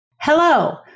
Hello